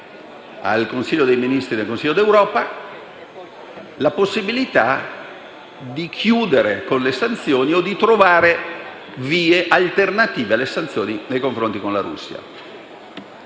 sede che illustrerà al Consiglio europeo la possibilità di chiudere con le sanzioni o di trovare vie alternative alle sanzioni nei confronti della Russia.